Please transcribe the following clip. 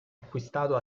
acquistato